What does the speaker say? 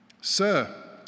Sir